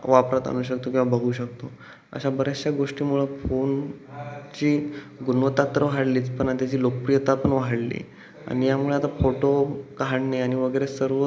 वापरात आणू शकतो किंवा बघू शकतो अशा बऱ्याचशा गोष्टीमुळं फोन ची गुणवत्ता तर वाढलीच पण आता त्याची लोकप्रियता पण वाढली आणि यामुळं आता फोटो काढणे आणि वगैरे सर्व